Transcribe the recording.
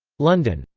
london.